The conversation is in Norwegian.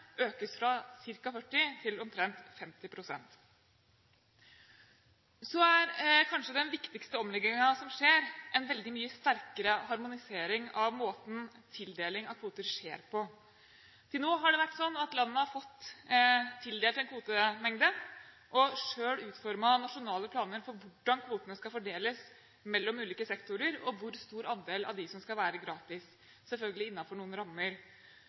økes fra ca. 40 pst. til omtrent 50 pst. Den kanskje viktigste omleggingen som skjer, er en veldig mye sterkere harmonisering av måten tildeling av kvoter skjer på. Til nå har det vært sånn at landene har fått tildelt en kvotemengde og selv utformet nasjonale planer for hvordan kvotene skal fordeles mellom ulike sektorer, og hvor stor andel av dem som skal være gratis, selvfølgelig innenfor noen rammer.